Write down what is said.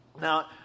Now